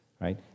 right